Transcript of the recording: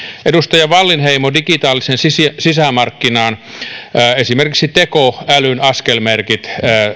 edustaja wallinheimo digitaalinen sisämarkkina esimerkiksi tekoälyn askelmerkit